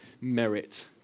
merit